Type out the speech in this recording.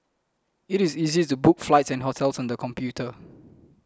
it is easy to book flights and hotels on the computer